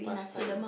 pass time